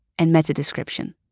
and meta description.